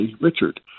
Richard